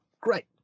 Great